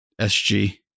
SG